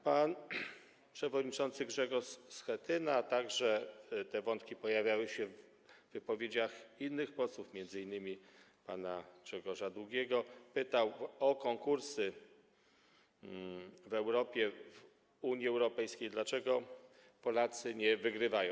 Pan przewodniczący Grzegorz Schetyna - te wątki pojawiały się w wypowiedziach innych posłów, m.in. pana Grzegorza Długiego - pytał o konkursy w Europie, w Unii Europejskiej, dlaczego Polacy nie wygrywają.